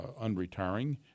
unretiring